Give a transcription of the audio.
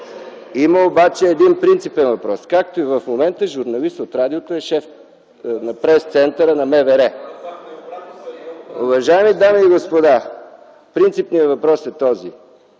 Има обаче един принципен въпрос – както и в момента, журналист от радиото е шеф на пресцентъра на МВР. (Реплика от ГЕРБ.) Уважаеми дами и господа, принципният въпрос е този.